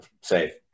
safe